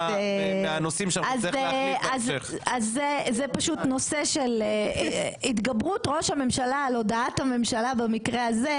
אז זה פשוט נושא של התגברות ראש הממשלה על הודעת הממשלה במקרה הזה,